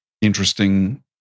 interesting